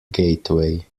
gateway